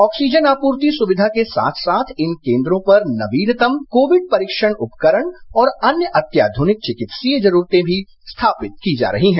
oxygen आपूर्ति सुविधा के साथ साथ इन केंद्रों पर नवीनतम कोविड परीक्षण उपकरण और अन्य अत्याधुनिक चिकित्सीय जरूरतें भी स्थापित की जा रही हैं